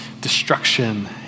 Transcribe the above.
destruction